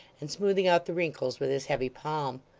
and smoothing out the wrinkles with his heavy palm.